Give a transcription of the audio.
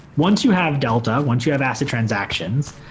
once you have delta, once you have acid transactions,